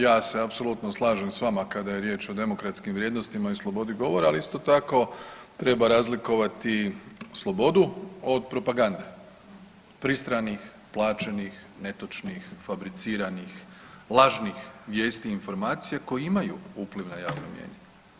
Ja se apsolutno slažem s vama kada je riječ o demokratskim vrijednostima i slobodi govora, ali isto tako treba razlikovati slobodu od propagande pristranih, plaćenih, netočnih, fabriciranih, lažnih vijesti i informacija koje imaju upliv na javno mnijenje.